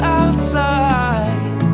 outside